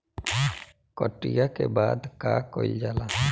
कटिया के बाद का कइल जाला?